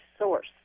source